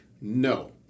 No